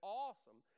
awesome